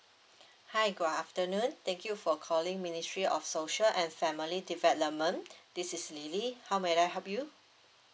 hi good afternoon thank you for calling ministry of social and family development this is L I L Y how may I help you